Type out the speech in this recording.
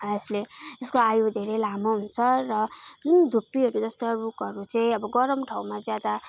यसले यसको आयु धेरै लामो हुन्छ र जुन धुप्पीहरू जस्ता रुखहरू चाहिँ अब गरम ठाउँमा चाहिँ ज्यादा